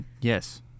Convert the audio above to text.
yes